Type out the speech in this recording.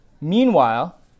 Meanwhile